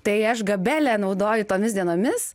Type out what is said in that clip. tai aš gabele naudoju tomis dienomis